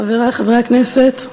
חברי חברי הכנסת,